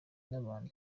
n’abantu